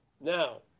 now